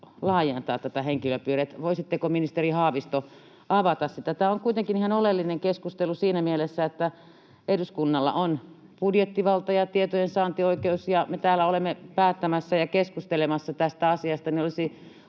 laajentaa tätä henkilöpiiriä. Voisitteko, ministeri Haavisto, avata sitä? Tämä on kuitenkin ihan oleellinen keskustelu siinä mielessä, että eduskunnalla on budjettivalta ja tietojen saantioikeus, ja kun me täällä olemme päättämässä ja keskustelemassa tästä asiasta,